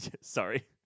sorry